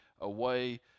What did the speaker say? away